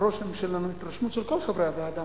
שהרושם שלנו, פשוט, של כל חברי הוועדה,